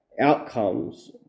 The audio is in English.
outcomes